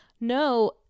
No